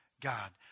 God